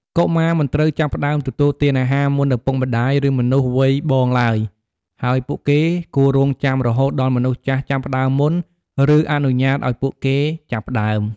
កុមារមិនត្រូវចាប់ផ្តើមទទួលទានអាហារមុនឪពុកម្តាយ ឬមនុស្សវ័យបងឡើយ ហើយពួកគេគួររង់ចាំរហូតដល់មនុស្សចាស់ចាប់ផ្តើមមុន ឬអនុញ្ញាតឲ្យពួកគេចាប់ផ្តើម។